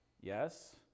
Yes